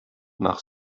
nach